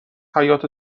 حیاط